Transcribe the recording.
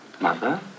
Mother